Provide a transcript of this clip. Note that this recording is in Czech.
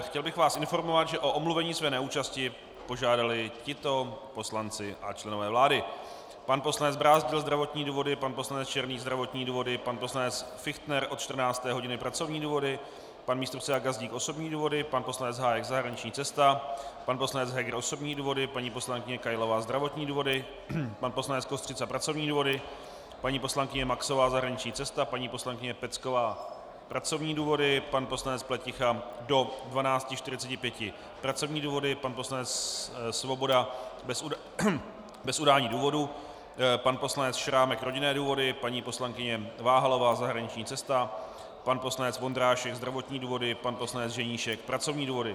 Chtěl bych vás informovat, že o omluvení své neúčasti požádali tito poslanci a členové vlády: pan poslanec Brázdil zdravotní důvody, pan poslanec Černý zdravotní důvody, pan poslanec Fichtner od 14 hodin pracovní důvody, pan místopředseda Gazdík osobní důvody, pan poslanec Hájek zahraniční cesta, pan poslanec Heger osobní důvody, paní poslankyně Kailová zdravotní důvody, pan poslanec Kostřica pracovní důvody, paní poslankyně Maxová zahraniční cesta, paní poslankyně Pecková pracovní důvody, pan poslanec Pleticha do 12.45 hodin pracovní důvody, pan poslanec Svoboda bez udání důvodu, pan poslanec Šrámek rodinné důvody, paní poslankyně Váhalová zahraniční cesta, pan poslanec Vondrášek zdravotní důvody, pan poslanec Ženíšek pracovní důvody.